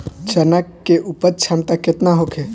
चना के उपज क्षमता केतना होखे?